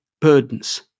burdens